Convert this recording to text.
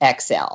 XL